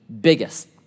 biggest